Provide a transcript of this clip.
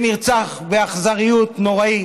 שנרצח באכזריות נוראית